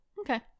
okay